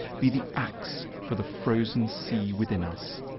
be the axe for the frozen sea within us.